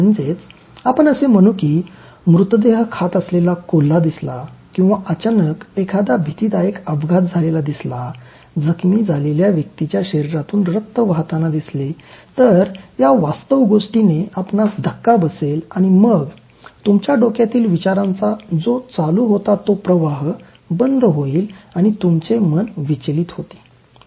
म्हणजेच आपण असे म्हणू की मृतदेह खात असलेला कोल्हा दिसला किंवा अचानक एखादा भीतीदायक अपघात झालेला दिसला जखमी झालेल्या व्यक्तीच्या शरीरातून रक्त वाहताना दिसले तर या वास्तव गोष्टीने आपणास धक्का बसेल आणि मग तुमच्या डोक्यातील विचारांचा चालू होता तो प्रवाह बंद होईल आणि तुमचे मन विचलित होते